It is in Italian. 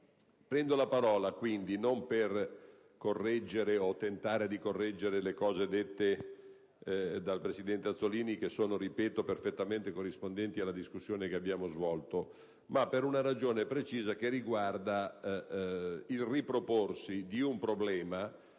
Prendo la parola non per correggere, o tentare di correggere, quanto detto dal presidente Azzollini, che è perfettamente corrispondente alla discussione da noi svolta, ma per una ragione precisa, riguardante il riproporsi di un problema